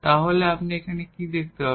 তাহলে আপনি এখানে কি দেখতে পাবেন